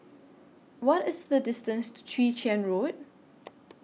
What IS The distance to Chwee Chian Road